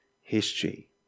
history